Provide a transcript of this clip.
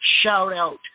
shout-out